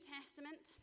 Testament